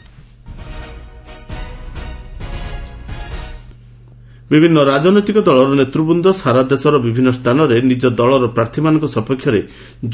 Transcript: poll roundup ବିଭିନ୍ନ ରାଜନୈତିକ ଦଳର ନେତ୍ରବୃନ୍ଦ ସାରା ଦେଶର ବିଭିନ୍ନ ସ୍ଥାନରେ ନିଜ ଦଳର ପ୍ରାର୍ଥୀମାନଙ୍କ ସପକ୍ଷରେ